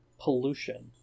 pollution